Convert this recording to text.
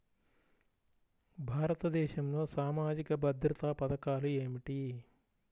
భారతదేశంలో సామాజిక భద్రతా పథకాలు ఏమిటీ?